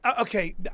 okay